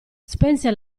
spense